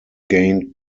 gained